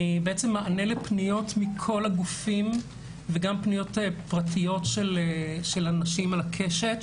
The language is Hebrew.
אני בעצם מענה לפניות מכל הגופים וגם פניות פרטיות של אנשים על הקשת,